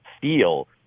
feel –